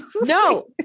No